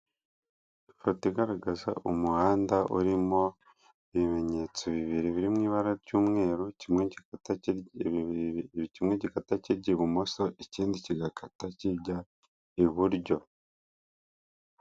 Ifoto igaragaza umuhanda urimo ibimenyetso bibiri biri mu ibara ry'umweru kimwe gikata kijya ibumoso ikindi kigakata kijya iburyo.